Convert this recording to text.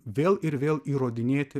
vėl ir vėl įrodinėti